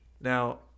Now